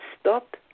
stop